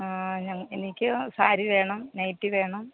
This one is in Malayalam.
ആ എനിക്ക് സാരി വേണം നൈറ്റി വേണം